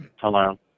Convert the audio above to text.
Hello